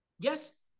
Yes